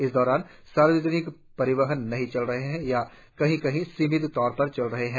इस दौरान सार्वजनिक परिवहन नहीं चल रहे हैं या कहीं कहीं सीमित तौर पर चल रहा है